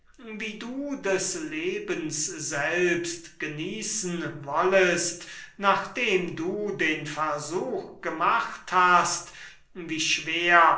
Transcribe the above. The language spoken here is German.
wie du selbst des lebens genießen wollest nachdem du den versuch gemacht wie schwer